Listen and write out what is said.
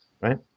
Right